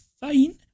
fine